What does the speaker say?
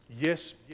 Yes